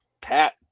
pat